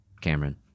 Cameron